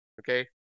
Okay